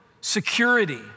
security